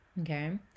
okay